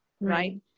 right